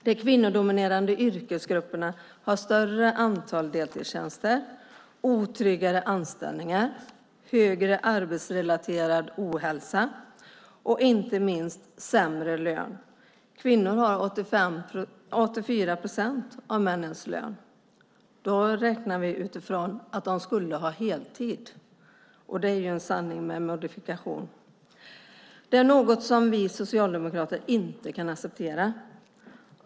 De kvinnodominerade yrkesgrupperna har ett större antal deltidstjänster, otryggare anställningar, högre arbetsrelaterad ohälsa och, inte minst, sämre lön. Kvinnorna har 84 procent av männens lön, räknat utifrån heltid. Det kan vi socialdemokrater inte acceptera.